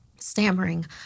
Stammering